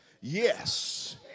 yes